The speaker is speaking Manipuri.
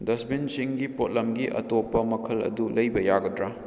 ꯗꯁꯠꯕꯤꯟꯁꯤꯡꯒꯤ ꯄꯣꯠꯂꯝꯒꯤ ꯑꯇꯣꯞꯄ ꯃꯈꯜ ꯑꯗꯨ ꯂꯩꯕ ꯌꯥꯒꯗ꯭ꯔꯥ